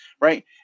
right